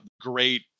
great